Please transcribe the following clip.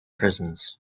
prisons